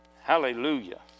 Hallelujah